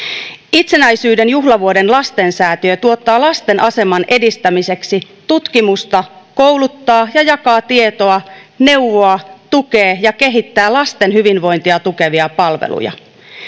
itsenäisyyden juhlavuoden lastensäätiö tuottaa lasten aseman edistämiseksi tutkimusta kouluttaa ja jakaa tietoa neuvoo tukee ja kehittää lasten hyvinvointia tukevia palveluja